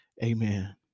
Amen